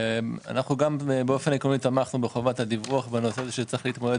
גם אנו עקרונית תמכנו בחובת הדיווח ובנושא שצריך להתמודד